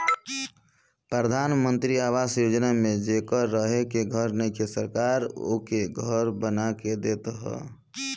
प्रधान मंत्री आवास योजना में जेकरा रहे के घर नइखे सरकार ओके घर बना के देवत ह